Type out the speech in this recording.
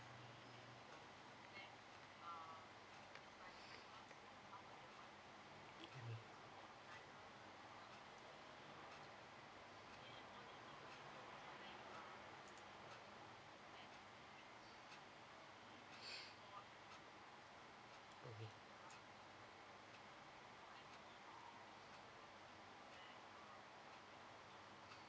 okay